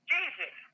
Jesus